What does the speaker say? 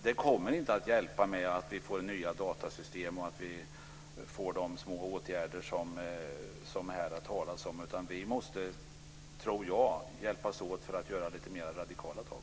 Det kommer inte att hjälpa med nya datasystem och med de små åtgärder som här har talats om, utan vi måste, tror jag, hjälpas åt att ta lite mer radikala tag.